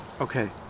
Okay